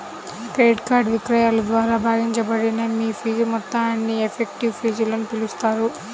credit card విక్రయాల ద్వారా భాగించబడిన మీ ఫీజుల మొత్తాన్ని ఎఫెక్టివ్ ఫీజులని పిలుస్తారు